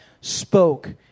spoke